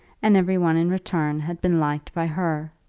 and every one in return had been liked by her.